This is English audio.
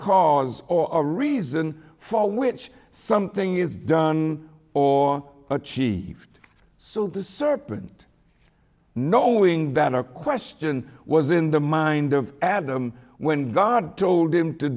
cause or a reason for which something is done or achieved so the serpent knowing that our question was in the mind of adam when god told him to